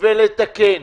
הצבעה לא נתקבלה.